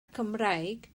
cymraeg